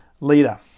leader